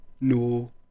No